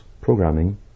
programming